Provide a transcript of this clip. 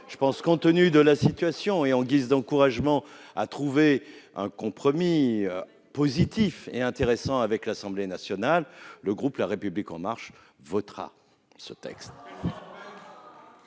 de vote. Compte tenu de la situation et en guise d'encouragement à trouver un compromis positif avec l'Assemblée nationale, le groupe La République En Marche votera ce texte.